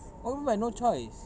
what do you mean by no choice